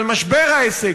על משבר העסק,